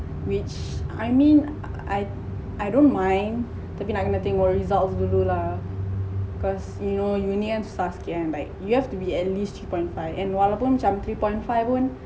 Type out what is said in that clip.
which I mean I I don't mind tapi nak kena tengok result dulu lah cause you know uni kan susah sikit kan like you have to be at least three point five and walaupon macam three point five pon